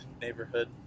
Neighborhood